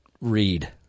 read